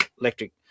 electric